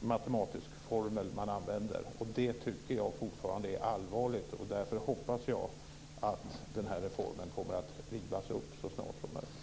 matematisk formel man använder. Det är allvarligt. Därför hoppas jag att reformen kommer att rivas upp så snart som möjligt.